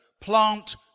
plant